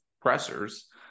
pressers